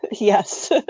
Yes